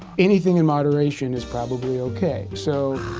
anything in moderation is probably okay. so,